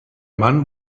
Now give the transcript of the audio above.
mann